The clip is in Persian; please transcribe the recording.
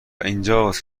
اینجاست